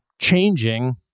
changing